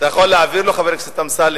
אתה יכול להעביר לו, חבר הכנסת אמסלם?